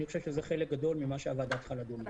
אני חושב שזה חלק גדול ממה שהוועדה צריכה לדון בו.